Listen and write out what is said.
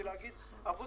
כי להגיד ערבות